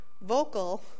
vocal